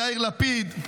יאיר לפיד,